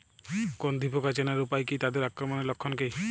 গন্ধি পোকা চেনার উপায় কী তাদের আক্রমণের লক্ষণ কী?